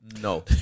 No